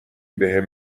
بهم